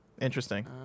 Interesting